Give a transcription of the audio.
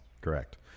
Correct